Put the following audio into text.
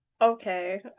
Okay